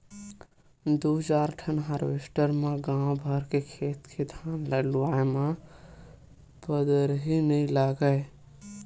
दू चार ठन हारवेस्टर म गाँव भर के खेत के धान ल लुवाए म पंदरही नइ लागय